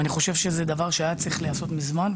אני חושב שזה דבר שהיה צריך להיעשות מזמן,